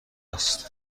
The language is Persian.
است